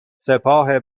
سپاه